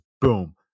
boom